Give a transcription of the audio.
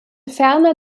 ferner